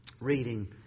reading